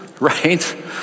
right